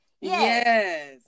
yes